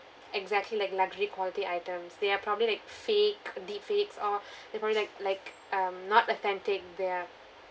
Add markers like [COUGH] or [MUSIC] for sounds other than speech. exactly like luxury quality item they're probably like fake defects or [BREATH] they're probably like like um not authentic they're